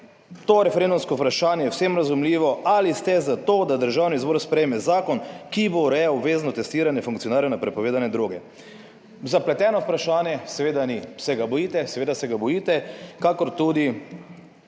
to referendumsko vprašanje je vsem razumljivo: ali ste za to, da Državni zbor sprejme zakon, ki bo urejal obvezno testiranje funkcionarjev na prepovedane droge? Zapleteno vprašanje? Seveda ni. Se ga bojite? Seveda se ga bojite, kakor tudi